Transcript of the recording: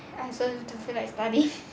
I also don't feel like studying